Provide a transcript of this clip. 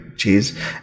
cheese